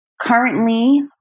currently